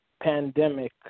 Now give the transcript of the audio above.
pandemic